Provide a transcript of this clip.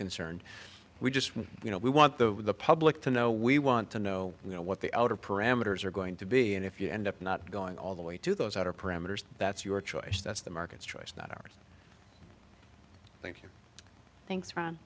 concerned we just want you know we want the public to know we want to know you know what the outer parameters are going to be and if you end up not going all the way to those outer parameters that's your choice that's the market's choice not ours th